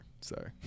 sorry